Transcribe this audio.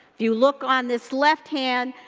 you look on this left hand,